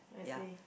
ya